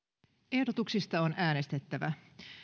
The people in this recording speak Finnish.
ehdotuksista on äänestettävä